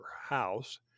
house